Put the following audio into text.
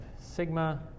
sigma